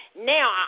Now